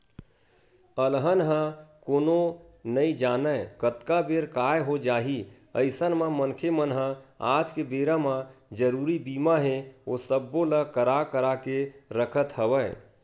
अलहन ल कोनो नइ जानय कतका बेर काय हो जाही अइसन म मनखे मन ह आज के बेरा म जरुरी बीमा हे ओ सब्बो ल करा करा के रखत हवय